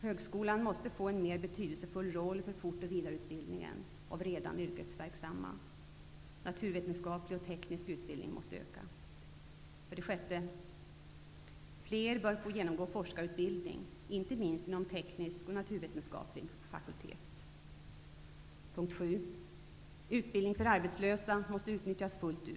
Högskolan måste få en mer betydelsefull roll för fort och vidareutbildningen av redan yrkesverksamma. Antalet platser inom naturvetenskaplig och teknisk utbildning måste öka. För det sjätte: Fler bör få genomgå forskarutbildning, inte minst inom teknisk och naturvetenskaplig fakultet. För det sjunde: Utbildning för arbetslösa måste utnyttjas fullt ut.